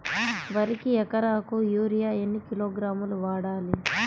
వరికి ఎకరాకు యూరియా ఎన్ని కిలోగ్రాములు వాడాలి?